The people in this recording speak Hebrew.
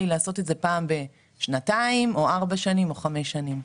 לעשות את זה פעם בשנתיים או פעם בארבע שנים או בחמש שנים.